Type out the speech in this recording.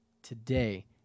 Today